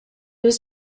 was